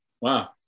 Wow